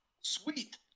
Sweet